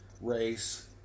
race